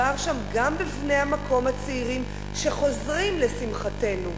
מדובר גם בבני המקום הצעירים שחוזרים לשמחתנו.